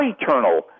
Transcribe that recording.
eternal